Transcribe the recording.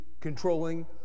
controlling